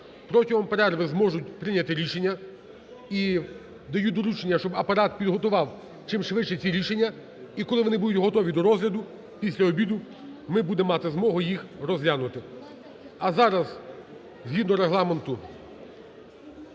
протягом перерви зможуть прийняти рішення. І даю доручення, щоб Апарат підготував чимшвидше ці рішення, і коли вони будуть готові до розгляду, після обіду ми будемо мати змогу їх розглянути. А зараз згідно Регламенту